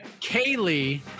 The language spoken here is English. Kaylee